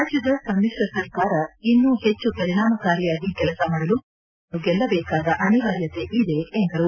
ರಾಜ್ಯದ ಸಮಿಶ್ರ ಸರ್ಕಾರ ಇನ್ನು ಹೆಚ್ಚು ಪರಿಣಾಮಕಾರಿಯಾಗಿ ಕೆಲಸ ಮಾಡಲು ಹೆಚ್ಚು ಸ್ಥಾನಗಳನ್ನು ಗೆಲ್ಲದೇಕಾದ ಅನಿವಾರ್ಯತೆ ಇದೆ ಎಂದರು